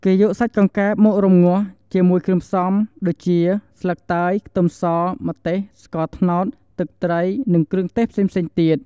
គេយកសាច់កង្កែបមក រំងាស់ ជាមួយគ្រឿងផ្សំដូចជា ស្លឹកតើយ ខ្ទឹមស ម្ទេស ស្ករត្នោត ទឹកត្រី និងគ្រឿងទេសផ្សេងៗទៀត។